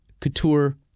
couture